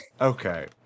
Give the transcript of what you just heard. Okay